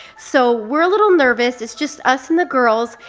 so we're a little nervous it's just us and the girls,